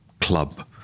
club